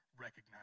recognize